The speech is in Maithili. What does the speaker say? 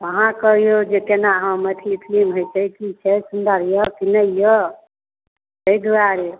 अहाँ कहिऔ जे केना हँ मैथिली फिलिम होइत छै की छै सुंदर यऽ की नहि यऽ एहि दुआरे